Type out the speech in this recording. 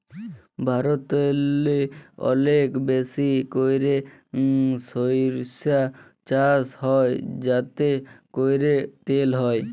ভারতেল্লে অলেক বেশি ক্যইরে সইরসা চাষ হ্যয় যাতে ক্যইরে তেল হ্যয়